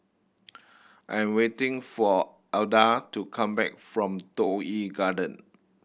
I am waiting for Alda to come back from Toh Yi Garden